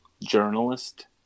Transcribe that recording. journalist